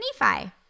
Nephi